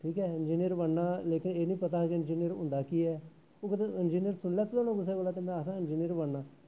ठीक ऐ इंजीनियर बनना लेकिन एह् नी पता हा कि इंजीनियर होंदा केह् ऐ ओह् कुतै इंजीनियर सुनी लैते दा होना कुसै कोला ते मैं आखदा इंजीनियर बनना